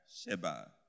Sheba